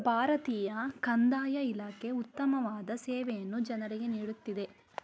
ಭಾರತೀಯ ಕಂದಾಯ ಇಲಾಖೆ ಉತ್ತಮವಾದ ಸೇವೆಯನ್ನು ಜನರಿಗೆ ನೀಡುತ್ತಿದೆ